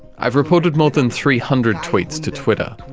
i've reported more than three hundred tweets to twitter.